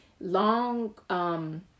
Long